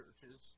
churches